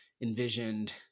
envisioned